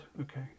Okay